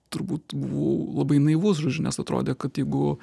turbūt buvau labai naivus žodžiu nes atrodė kad jeigu